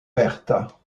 vertes